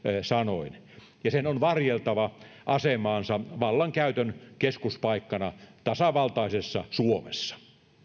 sanoin ja sen on varjeltava asemaansa vallankäytön keskuspaikkana tasavaltaisessa suomessa